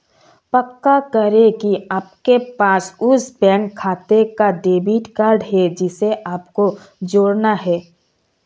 पक्का करें की आपके पास उस बैंक खाते का डेबिट कार्ड है जिसे आपको जोड़ना है